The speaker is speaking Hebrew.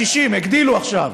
160. הגדילו עכשיו.